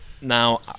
now